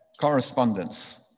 correspondence